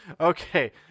Okay